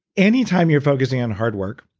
anytime you're focusing on hard work,